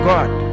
God